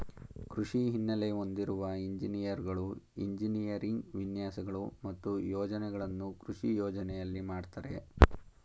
ಕೃಷಿ ಹಿನ್ನೆಲೆ ಹೊಂದಿರುವ ಎಂಜಿನಿಯರ್ಗಳು ಎಂಜಿನಿಯರಿಂಗ್ ವಿನ್ಯಾಸಗಳು ಮತ್ತು ಯೋಜನೆಗಳನ್ನು ಕೃಷಿ ಯೋಜನೆಯಲ್ಲಿ ಮಾಡ್ತರೆ